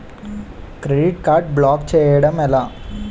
Credit card block చేయడం ఎలా?